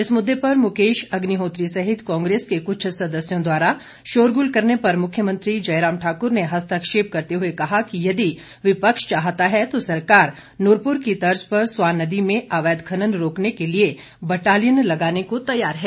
इस मुद्दे पर मुकेश अग्निहोत्री सहित कांग्रेस के कुछ सदस्यों द्वारा शोरगुल करने पर मुख्यमंत्री जयराम ठाकुर ने हस्तक्षेप करते हुए कहा कि यदि विपक्ष चाहता है तो सरकार नूरपुर की तर्ज पर स्वां नदी में अवैध खनन रोकने के लिए बटालियन लगाने को तैयार है